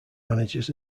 managers